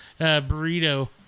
burrito